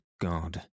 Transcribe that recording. God